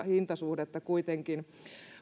hintasuhdetta kuitenkin